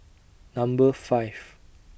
Number five